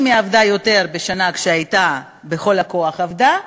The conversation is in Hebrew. אם היא עבדה יותר בשנה שבה היא הייתה בכל הכוח עבדה,